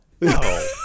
No